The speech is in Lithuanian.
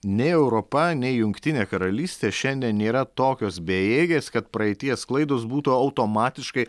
nei europa nei jungtinė karalystė šiandien nėra tokios bejėgės kad praeities klaidos būtų automatiškai